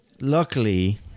luckily